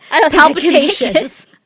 palpitations